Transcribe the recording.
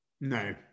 no